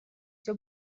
все